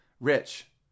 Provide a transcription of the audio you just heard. rich